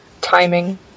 timing